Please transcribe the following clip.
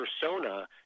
persona